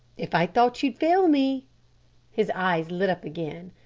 if i thought you'd fail me his eyes lit up again.